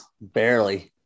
Barely